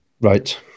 Right